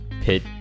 pit